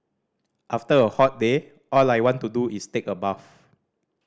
after a hot day all I want to do is take a bath